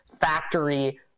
factory